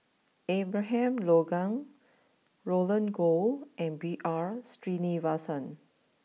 Abraham Logan Roland Goh and B R Sreenivasan